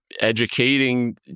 educating